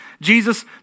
Jesus